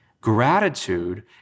Gratitude